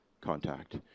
contact